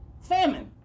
famine